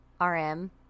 RM